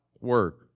work